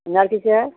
अनार कैसे है